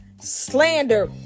Slander